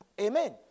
Amen